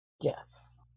Yes